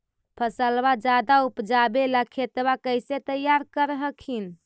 फसलबा ज्यादा उपजाबे ला खेतबा कैसे तैयार कर हखिन?